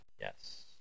Yes